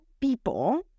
people